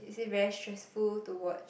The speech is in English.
is it very stressful to watch